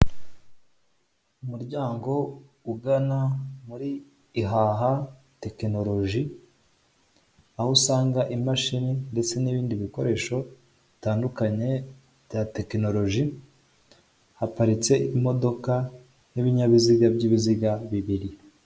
Umuryango ugana muri ihaha tekinoroji aho usanga imashini ndetse n'ibindi bikoresho bitandukanye bya tekinoroji, haparitse imodoka y'ibinyabiziga by'ibiziga bibiri.